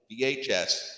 VHS